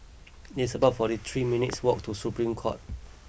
it's about fortythree minutes walk to Supreme Court